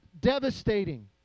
devastating